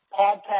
podcast